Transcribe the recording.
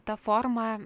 ta forma